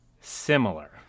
similar